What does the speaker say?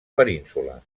península